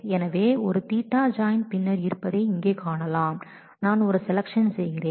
எனவே ஒரு Ɵ ஜாயின் இருப்பதை இங்கே காணலாம் நான் ஒரு செலக்ஷன் செய்கிறேன்